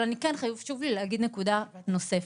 אבל חשוב לי להגיד נקודה נוספת.